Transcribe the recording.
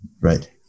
Right